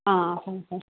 ꯑꯥ ꯑꯥ ꯍꯣꯏ ꯍꯣꯏ